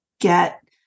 get